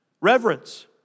Reverence